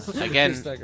again